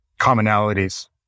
commonalities